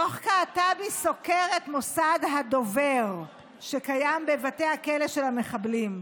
דוח קעטבי סוקר את מוסד הדובר שקיים בבתי הכלא של מחבלים.